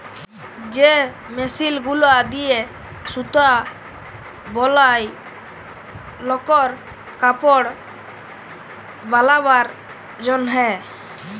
যে মেশিল গুলা দিয়ে সুতা বলায় লকর কাপড় বালাবার জনহে